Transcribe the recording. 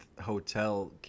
Hotel